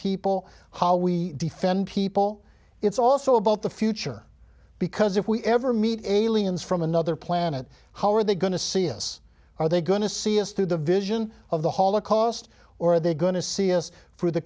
people how we defend people it's also about the future because if we ever meet aliens from another planet how are they going to see this are they going to see is through the vision of the holocaust or are they going to see us